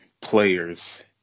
players